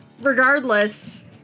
regardless